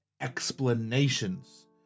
explanations